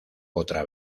otra